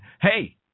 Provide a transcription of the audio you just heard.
hey